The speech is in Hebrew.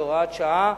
בהוראת שעה,